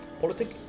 Politics